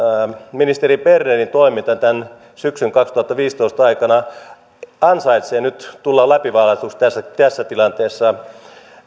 ministeri bernerin toiminta syksyn kaksituhattaviisitoista aikana ansaitsee nyt tulla läpivalaistuksi tässä tilanteessa